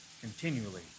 continually